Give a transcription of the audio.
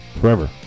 forever